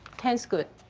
ten is good.